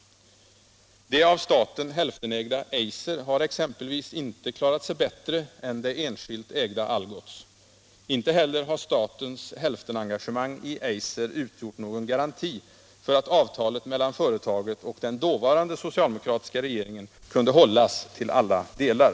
Det av staten hälftenägda Eiser har exempelvis inte klarat sig bättre än det enskilt ägda Algots. Inte heller har statens hälftenengagemang i Eiser utgjort någon garanti för att avtalet mellan företaget och den dåvarande socialdemokratiska regeringen kunde hållas till alla delar.